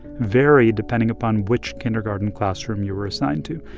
vary depending upon which kindergarten classroom you were assigned to?